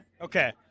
Okay